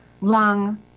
lung